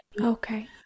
okay